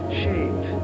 shape